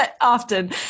often